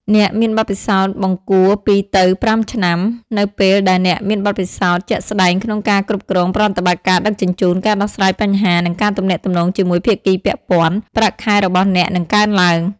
អ្នកមានបទពិសោធន៍បង្គួរ (2ទៅ5 ឆ្នាំ) នៅពេលដែលអ្នកមានបទពិសោធន៍ជាក់ស្តែងក្នុងការគ្រប់គ្រងប្រតិបត្តិការដឹកជញ្ជូន ការដោះស្រាយបញ្ហា និងការទំនាក់ទំនងជាមួយភាគីពាក់ព័ន្ធ ប្រាក់ខែរបស់អ្នកនឹងកើនឡើង។